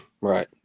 Right